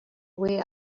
way